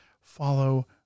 Follow